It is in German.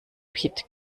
pit